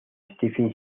stephen